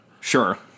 Sure